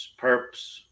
perps